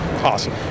awesome